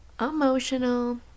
emotional